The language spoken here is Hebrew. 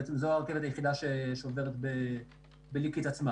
זאת אומרת, זו הרכבת היחידה שעוברת בליקית עצמה